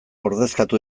ordezkatu